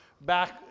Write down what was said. back